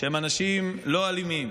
שהם אנשים לא אלימים